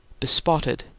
bespotted